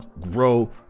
grow